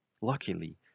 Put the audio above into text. Luckily